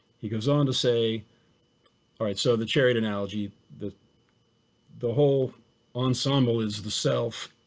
he goes on to say all right, so the chariot analogy. the the whole ensemble is the self.